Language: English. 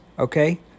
okay